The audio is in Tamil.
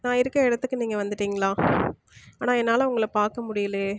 நான் இருக்கிற இடத்துக்கு நீங்கள் வந்துட்டிங்களா அண்ணா என்னால் உங்களை பார்க்க முடியலே